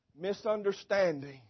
Misunderstanding